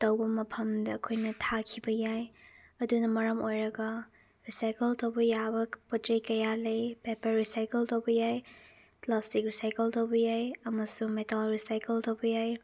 ꯇꯧꯕ ꯃꯐꯝꯗ ꯑꯩꯈꯣꯏꯅ ꯊꯥꯈꯤꯕ ꯌꯥꯏ ꯑꯗꯨꯅ ꯃꯔꯝ ꯑꯣꯏꯔꯒ ꯔꯤꯁꯥꯏꯀꯜ ꯇꯧꯕ ꯌꯥꯕ ꯄꯣꯠ ꯆꯩ ꯀꯌꯥ ꯂꯩ ꯄꯦꯄꯔ ꯔꯤꯁꯥꯏꯀꯜ ꯇꯧꯕ ꯌꯥꯏ ꯄ꯭ꯂꯥꯁꯇꯤꯛ ꯔꯤꯁꯥꯏꯀꯜ ꯇꯧꯕ ꯌꯥꯏ ꯑꯃꯁꯨꯡ ꯃꯦꯇꯜ ꯔꯤꯁꯥꯏꯀꯜ ꯇꯧꯕ ꯌꯥꯏ